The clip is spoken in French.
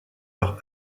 leur